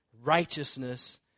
righteousness